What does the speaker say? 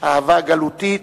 אהבה גלותית,